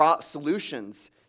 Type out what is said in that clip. solutions